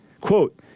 Quote